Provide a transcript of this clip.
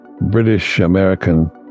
British-American